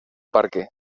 parque